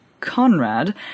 Conrad